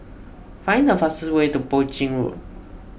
find the fastest way to Poi Ching